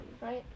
right